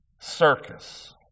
circus